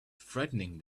frightening